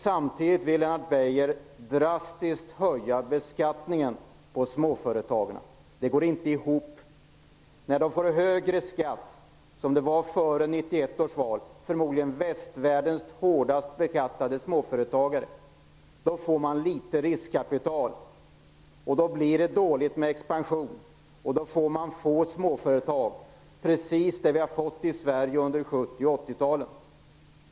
Samtidigt vill Lennart Beijer drastiskt höja beskattningen för småföretagarna. Det går inte ihop. När de får högre skatt, som det var före 1991 års val då de förmodligen var västvärldens hårdast beskattade småföretagare, blir det litet riskkapital. Då blir expansionen dålig, och då får man få småföretag, precis som vi hade i Sverige under 70 och 80-talen.